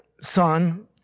son